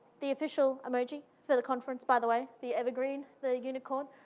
the official emoji for the conference, by the way, the evergreen, the unicorn,